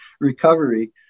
recovery